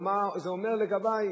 או מה זה אומר לגבי,